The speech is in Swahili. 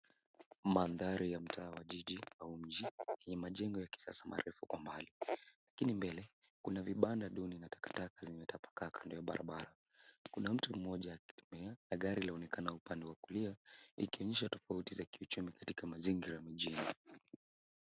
Mandhari ya mtaa wa jiji au mji yenye majengo ya kisasa marefu kwa mbali. Lakini mbele, kuna vibanda duni na takataka zimetapakaa kando ya barabara. Kuna mtu mmoja akitembea na gari laonekana upande wa kulia, ikionyesha tofauti za kiuchumi katika mazingira mjini.